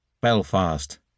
BELFAST